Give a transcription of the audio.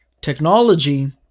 technology